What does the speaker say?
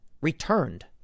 returned